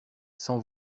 sans